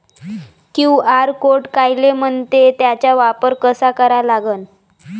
QR code कायले म्हनते, त्याचा वापर कसा करा लागन?